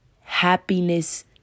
happiness